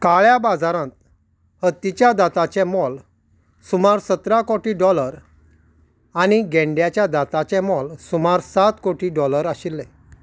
काळ्या बाजारांत हत्तीच्या दांतांचें मोल सुमार सतरा कोटी डॉलर आनी गेंड्याच्या दांताचें मोल सुमार सात कोटी डॉलर आशिल्लें